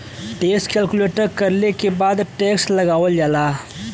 tax calculate करले के बाद टैक्स लगावल जाला